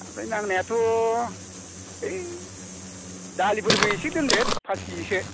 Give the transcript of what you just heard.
ओमफ्राय नांनायाथ' ओइ दालिफोरबो एसे दोनदो फास खेजिसो